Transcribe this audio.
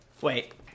Wait